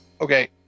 Okay